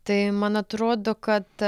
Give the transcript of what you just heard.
tai man atrodo kad